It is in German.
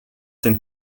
den